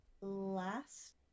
last